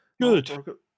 Good